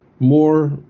more